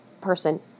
person